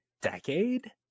decade